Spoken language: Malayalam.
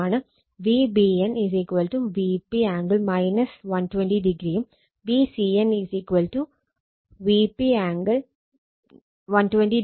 Vbn Vp ആംഗിൾ 120° യും Vcn Vp ആംഗിൾ 120o യും ആണ്